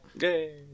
Yay